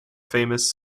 famous